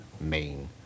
main